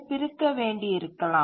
பிரிக்க வேண்டியிருக்கலாம்